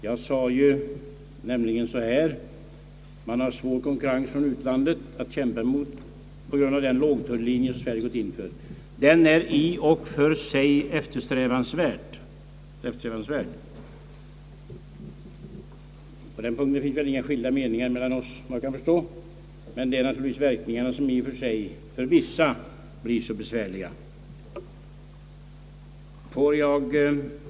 Jag sade nämligen så här: Man har svår konkurrens från utlandet att kämpa emot på grund av den lågtullinje som Sverige har gått in för och som är i och för sig eftersträvansvärd. På den punkten finns väl inga skilda meningar mellan oss, såvitt jag kan förstå, men verkningarna blir besvärliga i vissa fall.